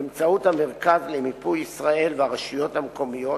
באמצעות המרכז למיפוי ישראל והרשויות המקומיות,